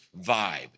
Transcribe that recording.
vibe